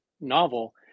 novel